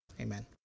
Amen